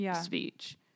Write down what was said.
speech